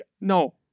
no